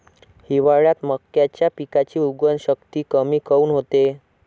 हिवाळ्यात मक्याच्या पिकाची उगवन शक्ती कमी काऊन होते?